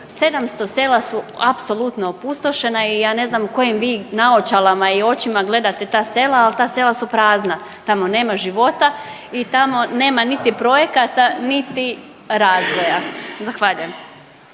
700 sela su apsolutno opustošena i ja ne znam kojim vi naočalama i očima gledate ta sela, ali ta sela su prazna. Tamo nema života i tamo nema niti projekata, niti razvoja. Zahvaljujem.